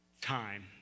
time